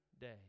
day